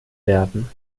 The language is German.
werden